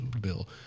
Bill